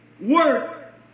work